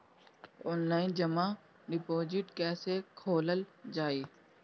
Online जमा deposit कैसे खोलल जाइ?